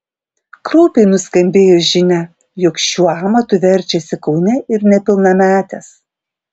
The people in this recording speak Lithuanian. kraupiai nuskambėjo žinia jog šiuo amatu verčiasi kaune ir nepilnametės